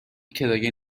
کرایه